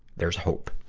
there's hope.